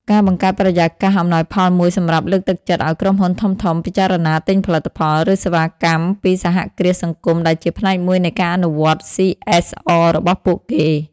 ការបង្កើតបរិយាកាសអំណោយផលមួយសម្រាប់លើកទឹកចិត្តឱ្យក្រុមហ៊ុនធំៗ ពិចារណាទិញផលិតផល ឬសេវាកម្មពីសហគ្រាសសង្គមដែលជាផ្នែកមួយនៃការអនុវត្ត សុី អេស អរ របស់ពួកគេ ។